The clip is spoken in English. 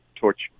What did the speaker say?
torch